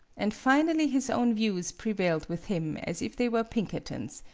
and finally his own views prevailed with him as if they were pinkerton's,